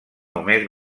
només